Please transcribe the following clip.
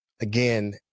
again